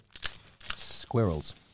Squirrels